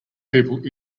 people